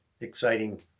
exciting